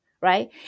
right